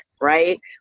right